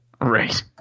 Right